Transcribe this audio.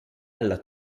alla